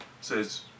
says